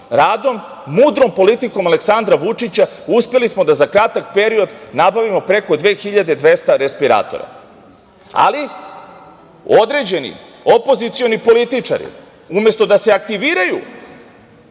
radom, mudrom politikom Aleksandra Vučića uspeli smo da za kratak period nabavimo preko 2.200 respiratora. Ali, određeni opozicioni političari, umesto da se aktiviraju